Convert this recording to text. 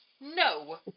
No